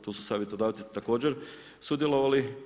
Tu su savjetodavci također sudjelovali.